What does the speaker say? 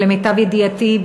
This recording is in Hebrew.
ולמיטב ידיעתי,